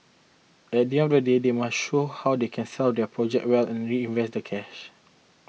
at the end of the day they must show how they can sell their projects well and reinvest the cash